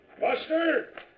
Buster